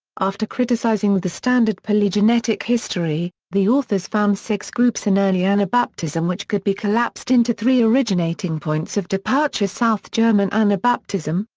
after criticizing the standard polygenetic history, the authors found six groups in early anabaptism which could be collapsed into three originating points of departure south german anabaptism,